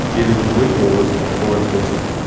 either with weak laws or poor enforcement,